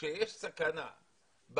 שיש סכנה בהשוואה